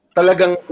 Talagang